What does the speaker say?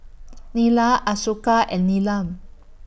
Neila Ashoka and Neelam